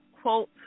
quote